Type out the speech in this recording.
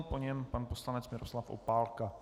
Po něm pan poslanec Miroslav Opálka.